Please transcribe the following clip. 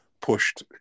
pushed